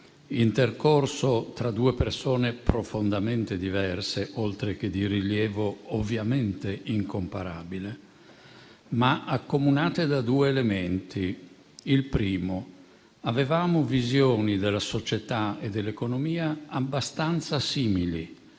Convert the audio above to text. intercorso tra due persone profondamente diverse, oltre che di rilievo ovviamente incomparabile, ma accomunate da due elementi. In primo luogo, avevamo visioni della società e dell'economia abbastanza simili,